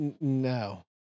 no